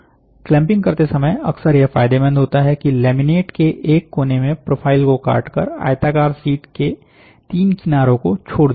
clamping करते समय अक्सर यह फायदेमंद होता है कि लैमिनेट के एक कोने में प्रोफाइल को काटकर आयताकार शीट के तीन किनारों को छोड़ दिया जाए